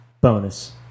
bonus